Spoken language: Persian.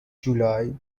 جولای